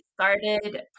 started